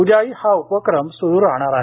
उद्याही हा उपक्रम सुरू राहणार आहे